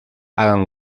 hagan